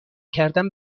کردن